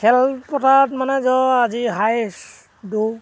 খেল পথাৰত মানে ধৰক আজি হাইচ দৌৰ